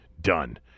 done